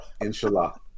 Inshallah